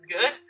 good